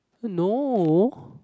no